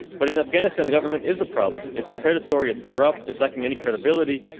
but in afghanistan, the government is the problem. it's predatory, it's corrupt. it's lacking any credibility.